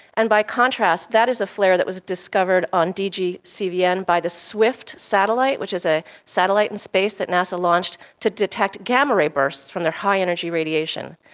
and by contrast, that is a flare that was discovered on dg cvn by the swift satellite, which is a satellite in space that nasa launched to detect gamma ray bursts from their high energy radiation.